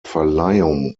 verleihung